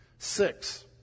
Six